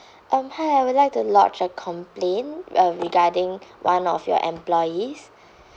um hi I would like to lodge a complaint uh regarding one of your employees